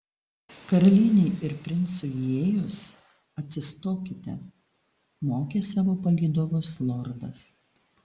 karalienei ir princui įėjus atsistokite mokė savo palydovus lordas